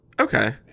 Okay